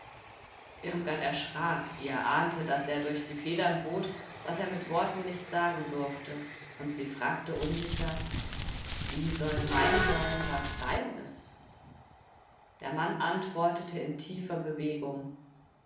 irmgard erschrak ihr ahnte daß er durch die federn bot was er mit worten nicht sagen durfte und sie fragte unsicher wie soll mein sein was dein ist der mann antwortete in tiefer bewegung